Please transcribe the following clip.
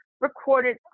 recorded